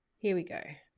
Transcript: here we go.